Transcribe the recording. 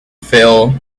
filled